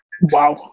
Wow